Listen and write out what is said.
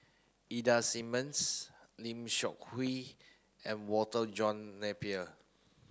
Ida Simmons Lim Seok Hui and Walter John Napier